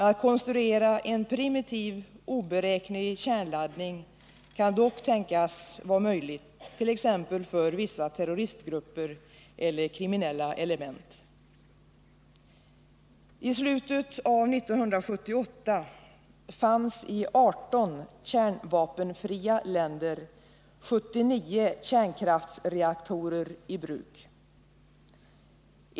Att konstruera en primitiv, oberäknelig kärnladdning kan dock tänkas vara möjligt, t.ex. för vissa terroristgrupper eller kriminella element. I slutet av 1978 fanns i 18 kärnvapenfria länder 79 kärnkraftsreaktorer i bruk.